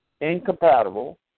incompatible